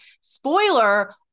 Spoiler